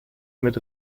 mit